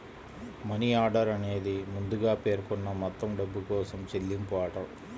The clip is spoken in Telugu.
మనీ ఆర్డర్ అనేది ముందుగా పేర్కొన్న మొత్తం డబ్బు కోసం చెల్లింపు ఆర్డర్